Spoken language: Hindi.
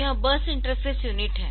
तो यह बस इंटरफ़ेस यूनिट है